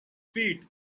feet